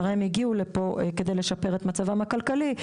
שהרי הם הגיעו לפה כדי לשפר את מצבם הכלכלי,